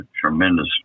tremendous